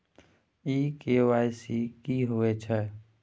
इ के.वाई.सी की होय छै?